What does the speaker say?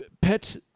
pet